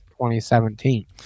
2017